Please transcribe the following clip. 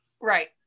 Right